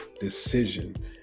decision